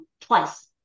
twice